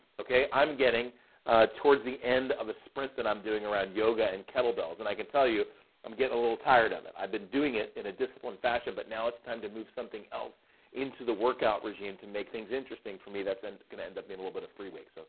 okay, i'm getting towards the end of a sprint that i'm doing around yoga and kettlebells and i can tell you i'm getting a little tired of it. i've been doing it in a disciplined fashion, but now it's time to move something else into the workout regime to make things interesting for me that's i'm and gonna end up being a little bit of freeways. so,